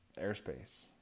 Airspace